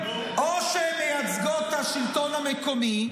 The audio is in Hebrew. או שהן מייצגות את השלטון המקומי,